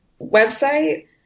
website